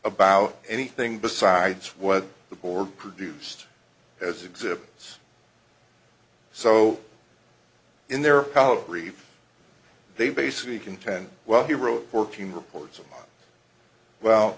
about anything besides what the board produced as exhibits so in their follow brief they basically contend well he wrote fourteen